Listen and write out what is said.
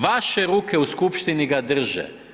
Vaše ruke u skupštini ga drže.